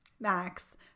Max